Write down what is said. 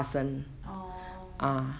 orh